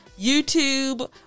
YouTube